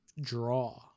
draw